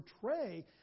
portray